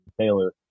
Taylor